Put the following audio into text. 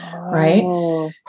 Right